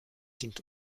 dient